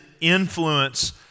influence